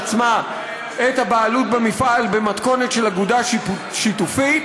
עצמה את הבעלות במפעל במתכונת של אגודה שיתופית,